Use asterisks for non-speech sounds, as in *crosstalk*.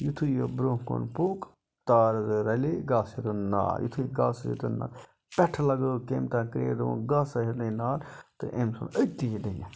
یُتھٕے یہِ برونٛہہ کُن پوٚک تارٕ زٕ رَلے گاسَس ہیٚوتُن نار یُتھٕے گاسَس ہیٚوتُن نار پٮ۪ٹھٕ لَگٲو تمۍ *unintelligible* تہٕ أمۍ ژھُن أتی یہِ دٕنِتھ